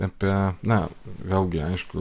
apie na vėlgi aišku